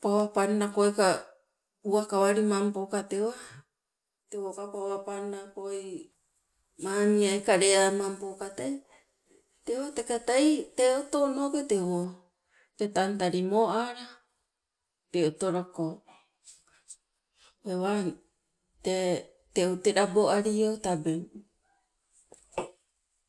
pawa pannakoi ka uwakawalimampo tewa tewoka pawa pannakoi mamiai kaleamampoka tee tewa teka tei tee otonoke tee tantali mo ala te otoloko. Tewang tee teu te laboalio tebang.